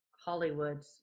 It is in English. Hollywood